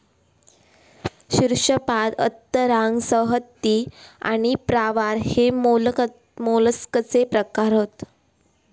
शीर्शपाद अंतरांग संहति आणि प्रावार हे मोलस्कचे प्रकार हत